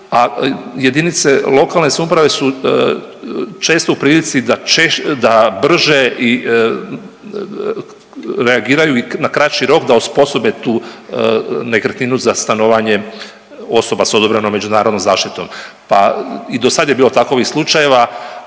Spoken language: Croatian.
a jedinice lokalne samouprave su često u prilici da brže i reagiraju i na kraći da osposobe tu nekretninu za stanovanje osoba s odobrenom međunarodnom zaštitom. Pa i dosad je bilo takvih slučajeva,